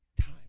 time